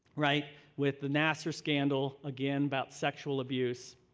right, with the nassar scandal, again about sexual abuse.